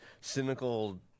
cynical